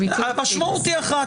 המשמעות שלו היא אחת: